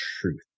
truth